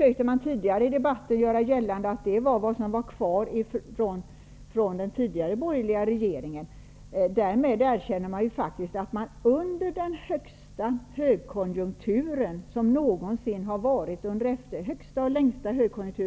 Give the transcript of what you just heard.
Man har tidigare i debatten försökt göra gällande att det var vad som var kvar från den tidigare borgerliga regeringen. Därmed erkänner man faktiskt att man under den längsta och högsta högkonjunktur som vi haft